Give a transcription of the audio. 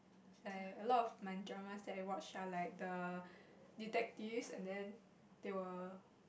like a lot of my dramas that I watch are like detectives and then they were